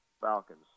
Falcons